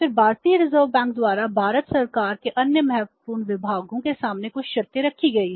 फिर भारतीय reserve bank द्वारा भारत सरकार के अन्य महत्वपूर्ण विभागों के सामने कुछ शर्तें रखी गई हैं